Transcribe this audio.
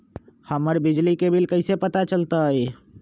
हमर बिजली के बिल कैसे पता चलतै?